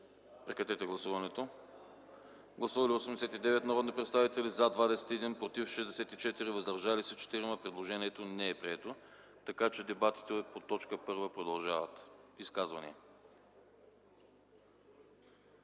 пленарно заседание. Гласували 89 народни представители: за 21, против 64, въздържали се 4. Предложението не е прието, така че дебатите по точка първа продължават. Изказвания?